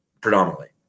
predominantly